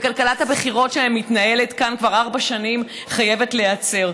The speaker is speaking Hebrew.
כלכלת הבחירות שמתנהלת כאן כבר ארבע שנים חייבת להיעצר.